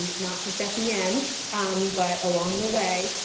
not just at the end but along the way,